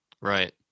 Right